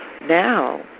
now